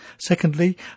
Secondly